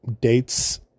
dates